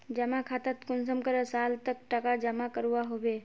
जमा खातात कुंसम करे साल तक टका जमा करवा होबे?